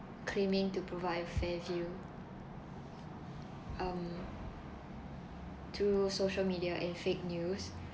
claiming to provide fair view um through social media and fake news